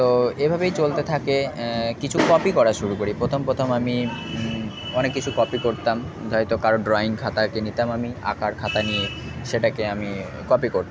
তো এভাবেই চলতে থাকে কিছু কপি করা শুরু করি প্রথম প্রথম আমি অনেক কিছু কপি করতাম হয়তো কারুর ড্রয়িং খাতাকে নিতাম আমি আঁকার খাতা নিয়ে সেটাকে আমি কপি করতাম